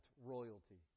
royalty